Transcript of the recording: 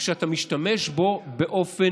הוא שאתה משתמש בו באופן מידתי.